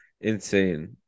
insane –